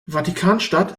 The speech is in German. vatikanstadt